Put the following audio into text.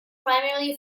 primarily